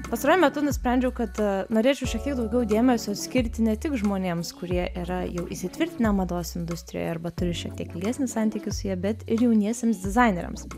pastaruoju metu nusprendžiau kad norėčiau šiek tiek daugiau dėmesio skirti ne tik žmonėms kurie yra jau įsitvirtinę mados industrijoje arba turi šiek tiek ilgesnį santykį su ja bet ir jauniesiems dizaineriams